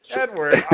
Edward